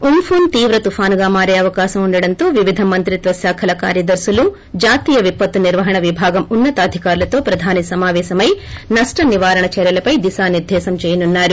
Amphan తీవ్ర తుఫానుగా మారే అవకాశం ఉండడంతో వివిధ మంత్రిత్వ శాఖల కార్యదర్శులు జాతీయ విపత్తు నిర్వాహణ విభాగం ఉన్న తాధికారులతో ప్రధాని సమావేశమై నష్ట నివారణ చర్యలపై దిశానిర్దేశం చేయనున్నారు